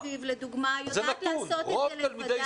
עיריית תל אביב לדוגמה יודעת לעשות את זה לבד